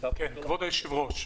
אדוני היושב-ראש,